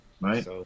right